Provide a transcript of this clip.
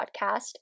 podcast